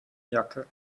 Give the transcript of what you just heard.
jacke